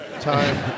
time